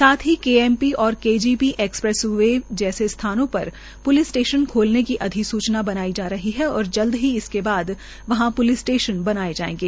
साथ ही केएमपी और केजीपी एक्स प्रेस वे जैसे स्थानों पर प्लिस स्टेशन खोलने की अधिसूचना बनाई जारी जा रही है और जल्द ही इसके बाद वहां प्लिस स्टेशन बनाए जायेंगे